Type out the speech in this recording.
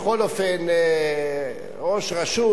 בכל אופן ראש רשות,